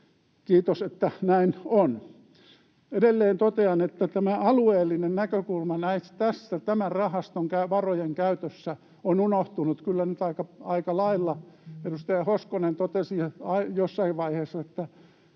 kiitos, että näin on. Edelleen totean, että tämä alueellinen näkökulma tämän rahaston varojen käytössä on unohtunut kyllä nyt aika lailla. Edustaja Hoskonen totesi jossain vaiheessa, että